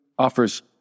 offers